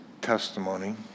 testimony